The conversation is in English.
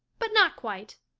but not quite.